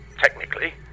Technically